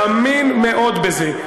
מאמין מאוד בזה.